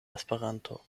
esperanto